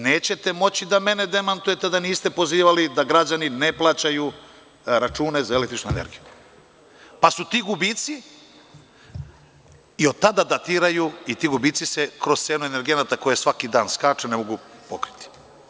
Nećete moći da me demantujete da niste pozivali da građani ne plaćaju račune za električnu energiju, pa ti gubici od tada datiraju i ti gubici se kroz cenu energenata, koja svaki dan skače, ne mogu pokriti.